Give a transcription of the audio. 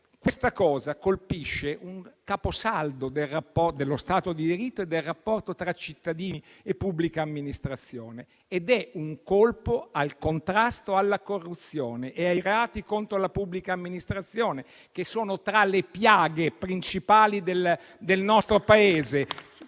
questa cosa colpisce un caposaldo dello Stato di diritto e del rapporto tra cittadini e pubblica amministrazione ed è un colpo al contrasto alla corruzione e ai reati contro la pubblica amministrazione, che sono tra le piaghe principali del nostro Paese.